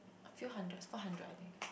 few hundred four hundred I think